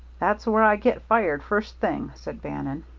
that's where i get fired first thing, said bannon.